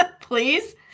Please